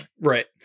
Right